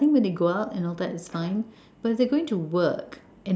I think when they go out and all that it's fine but if they're going to work and